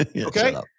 Okay